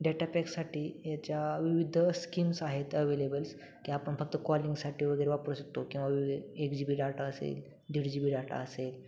डेटापॅक्ससाठी याच्या विविध स्कीम्स आहेत अवेलेबल्स की आपण फक्त कॉलिंगसाठी वगैरे वापरू शकतो किंवा विविध एक जी बी डाटा असेल दीड जी बी डाटा असेल